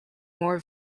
more